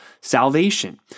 salvation